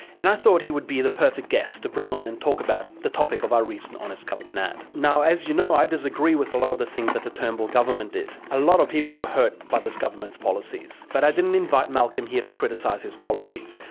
and i thought he would be the perfect guest to bring on and talk about the topic of our recent on honest government ad. now, as you know, i disagree with a lot of the things that the turnbull government did. a lot of people were hurt by this government's policies. but i didn't invite malcolm here to criticise his policies.